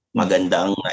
magandang